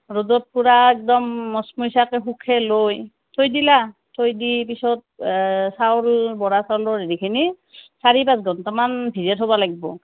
ৰ'দত পূৰা একদম মচমচিয়াকৈ শুখেই লৈ থৈ দিলা থৈ দি পিছত চাউল বৰা চাউলৰ হেৰিখিনি চাৰি পাঁচ ঘণ্টামান ভিজাই থ'ব লাগিব